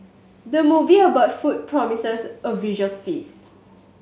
the movie about food promises a visual feast